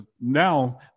now